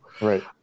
Right